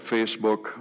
Facebook